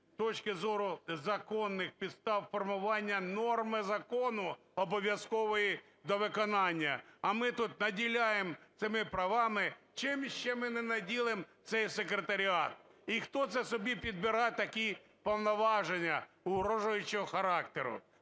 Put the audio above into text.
із точки зору законних підстав формування норми закону, обов'язкової до виконання. А ми тут наділяємо цими правами. Чим ще ми не наділимо цей секретаріат? І хто це собі підбирає такі повноваження угрожуючого характеру?